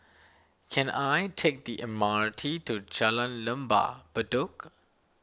can I take the M R T to Jalan Lembah Bedok